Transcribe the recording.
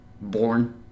born